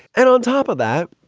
and on top of that,